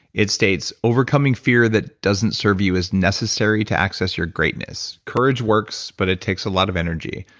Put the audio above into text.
it states, overcoming fear that doesn't serve you as necessary to access your greatness. courage works, but it takes a lot of energy.